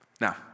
Now